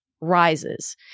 rises